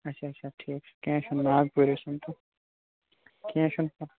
اچھا اچھا ٹھیٖک چھُ کیٚنٛہہ چھُنہٕ ناگ پوٗری یُس ؤنۍتَو کیٚنٛہہ چھُنہٕ پرواے